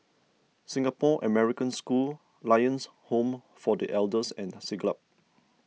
Singapore American School Lions Home for the Elders and Siglap